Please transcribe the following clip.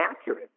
accurate